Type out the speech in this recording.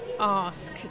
ask